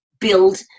build